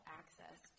access